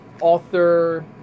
author